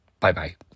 bye-bye